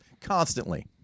constantly